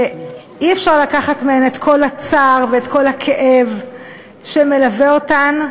אי-אפשר לקחת מהן את כל הצער ואת כל הכאב שמלווה אותן,